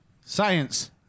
Science